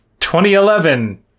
2011